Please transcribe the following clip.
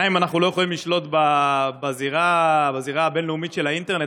גם אם אנחנו לא יכולים לשלוט בזירה הבין-לאומית של האינטרנט,